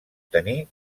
tenir